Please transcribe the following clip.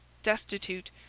destitute,